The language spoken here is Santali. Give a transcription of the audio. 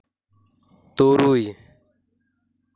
ᱛᱩᱨᱩᱭ